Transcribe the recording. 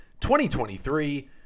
2023